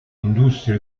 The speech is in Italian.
industrie